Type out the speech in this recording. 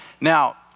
Now